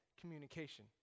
communication